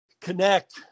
connect